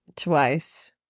twice